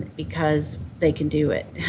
because they can do it.